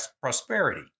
prosperity